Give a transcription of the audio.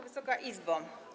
Wysoka Izbo!